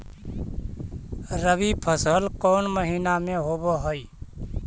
रबी फसल कोन महिना में होब हई?